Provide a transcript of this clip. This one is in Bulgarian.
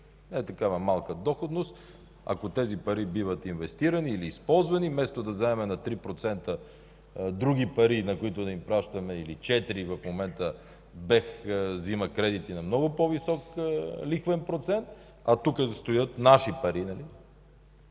тук е малка доходност, ако тези пари биват инвестирани или използвани, вместо да вземаме на 3% други пари, на които да им плащаме, или четири…” В момента БЕХ взима кредити на много по-висок лихвен процент, а тук стоят наши пари.